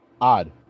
Odd